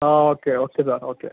ആ okay okay sir okay